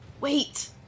Wait